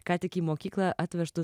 ką tik į mokyklą atvežtu